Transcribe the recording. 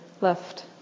left